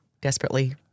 desperately